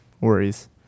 worries